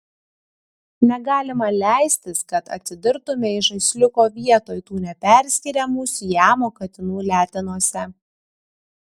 negalima leistis kad atsidurtumei žaisliuko vietoj tų neperskiriamų siamo katinų letenose